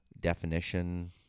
definition